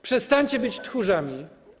Przestańcie być tchórzami.